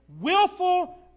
willful